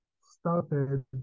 started